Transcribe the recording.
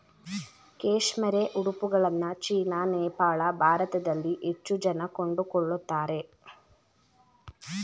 cashmere ಉಡುಪುಗಳನ್ನ China, Nepal, ಭಾರತದಲ್ಲಿ ಹೆಚ್ಚು ಜನ ಕೊಂಡುಕೊಳ್ಳುತ್ತಾರೆ